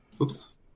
oops